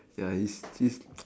ya he's he's